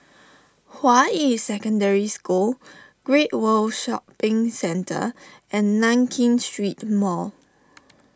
Hua Yi Secondary School Great World Shopping Centre and Nankin Street Mall